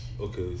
Okay